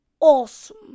awesome